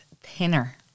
thinner